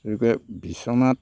বিছনাত